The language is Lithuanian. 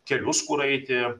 kelius kur eiti